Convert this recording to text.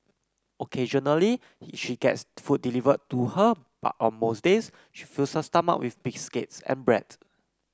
occasionally she gets food delivered to her but on most days she fills her stomach with biscuits and bread